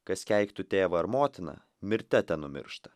kas keiktų tėvą ar motiną mirte tenumiršta